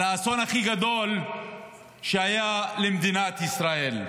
על האסון הכי גדול שהיה למדינת ישראל.